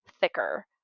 thicker